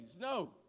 No